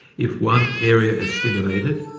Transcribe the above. if one area is stimulated,